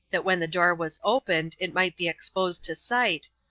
that when the door was opened, it might be exposed to sight,